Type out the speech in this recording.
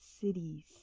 cities